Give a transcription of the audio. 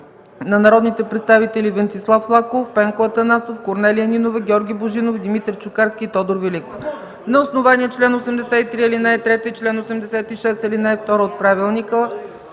от народните представители Венцислав Лаков, Пенко Атанасов, Корнелия Нинова, Георги Божинов, Димитър Чукарски и Тодор Великов. На основание чл. 83, ал. 3 и чл. 86, ал. 2 от Правилника